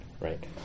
right